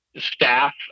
staff